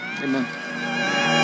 amen